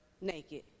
naked